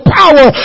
power